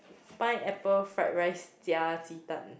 pineapple fried rice 加祭坛